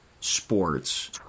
sports